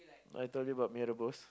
I told you about mee-rebus